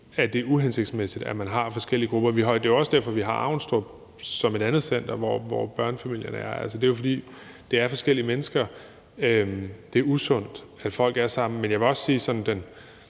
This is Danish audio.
at det er uhensigtsmæssigt, at man har forskellige grupper. Det er jo også derfor, vi har Avnstrup som et andet center, hvor børnefamilierne er. Det er jo, fordi det er forskellige mennesker og det er usundt, at folk er sammen. Men jeg vil også sige,